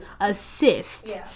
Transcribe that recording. assist